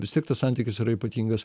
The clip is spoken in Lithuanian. vis tiek tas santykis yra ypatingas